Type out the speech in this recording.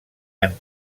han